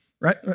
right